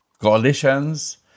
coalitions